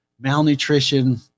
malnutrition